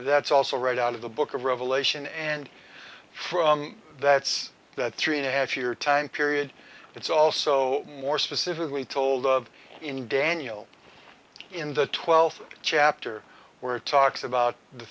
that's also right out of the book of revelation and from that's that three and a half year time period it's also more specifically told of in daniel in the twelfth chapter where it talks about the